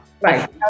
Right